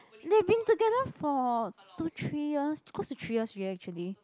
they've been together for two three years close to three years already actually